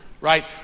right